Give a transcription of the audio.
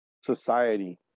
society